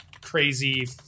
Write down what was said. crazy